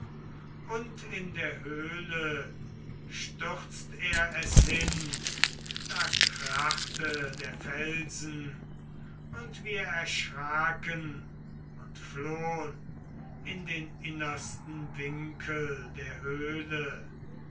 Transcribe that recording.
und in der höhle stürzt er es hin da krachte der felsen und wir erschraken und flohn in den innersten winkel der höhle